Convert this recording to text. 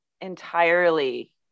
entirely